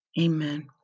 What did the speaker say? Amen